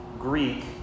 Greek